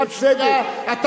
חבר הכנסת חרמש,